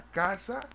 casa